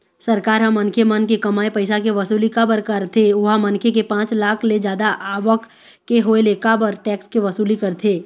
सरकार ह मनखे मन के कमाए पइसा के वसूली काबर कारथे ओहा मनखे के पाँच लाख ले जादा आवक के होय ले काबर टेक्स के वसूली करथे?